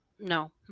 no